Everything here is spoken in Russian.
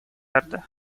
верде